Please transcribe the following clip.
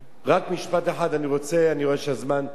רק משפט אחד אני רוצה, אני רואה שהזמן תם.